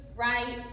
right